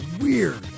weird